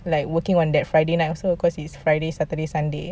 like working on that friday night also because friday saturday sunday